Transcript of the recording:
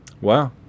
Wow